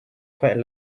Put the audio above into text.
quite